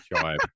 chive